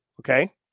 okay